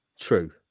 True